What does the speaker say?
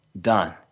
done